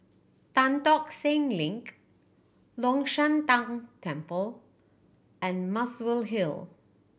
Tan Tock Seng Link Long Shan Tang Temple and Muswell Hill